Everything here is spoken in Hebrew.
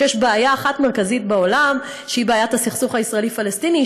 שיש בעיה אחת מרכזית בעולם שהיא בעיית הסכסוך הישראלי-פלסטיני,